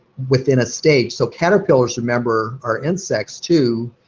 within a stage. so caterpillars, remember, are insects too.